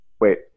Wait